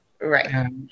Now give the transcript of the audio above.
Right